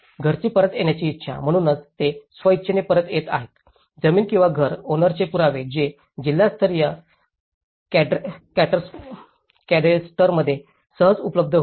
घरची परत येण्याची इच्छा म्हणूनच ते स्वेच्छेने परत येत आहेत जमीन किंवा घर ओनरीचे पुरावे जे जिल्हास्तरीय कॅडेस्टरमध्ये सहज उपलब्ध होते